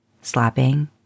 slapping